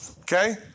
Okay